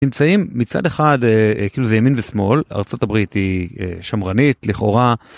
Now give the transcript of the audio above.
נמצאים מצד אחד כאילו זה ימין ושמאל ארה״ב היא שמרנית לכאורה.